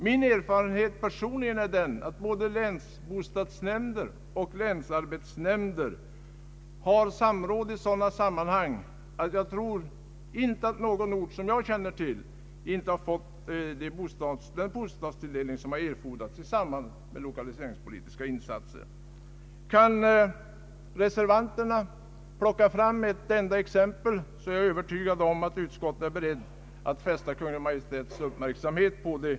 Min personliga erfarenhet är att både länsbostadsoch länsarbetsnämnder har samråd och mycket noga följer upp just behovet av bostäder i sådana sammanhang. Jag känner inte till någon ort, som inte fått den bostadstilldelning som erfordrats i samband med lokaliseringspolitiska insatser. Kan reservanterna åberopa något enda exempel, så är jag övertygad om att utskottet är berett att fästa Kungl. Maj:ts uppmärksamhet på detta.